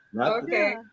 Okay